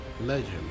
legend